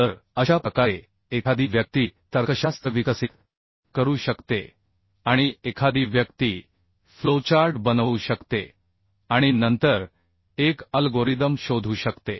तर अशा प्रकारे एखादी व्यक्ती तर्कशास्त्र विकसित करू शकते आणि एखादी व्यक्ती फ्लोचार्ट बनवू शकते आणि नंतर एक अल्गोरिदम शोधू शकते